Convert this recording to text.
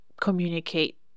communicate